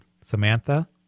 Samantha